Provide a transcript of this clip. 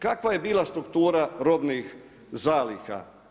Kakva je bila struktura robnih zaliha?